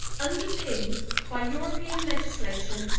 underpinned by european legislation,